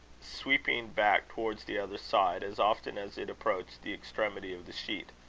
sweeping back towards the other side, as often as it approached the extremity of the sheet,